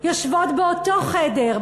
יושבות באותו חדר,